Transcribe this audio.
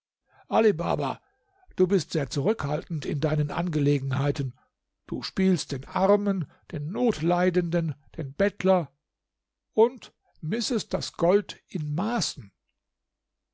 ali baba du bist sehr zurückhaltend in deinen angelegenheiten du spielst den armen den notleidenden den bettler und missest das gold in maßen